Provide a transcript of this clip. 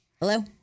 Hello